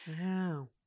Wow